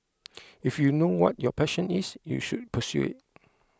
if you know what your passion is you should pursue it